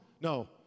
No